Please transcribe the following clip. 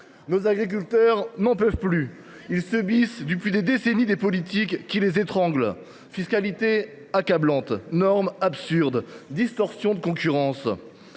Nos agriculteurs n’en peuvent plus. Ils subissent depuis des décennies des politiques qui les étranglent : fiscalité accablante, normes absurdes, distorsions de concurrence